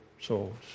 souls